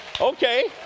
okay